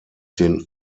den